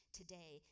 today